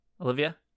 Olivia